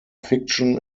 fiction